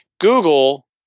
Google